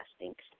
Thanks